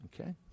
Okay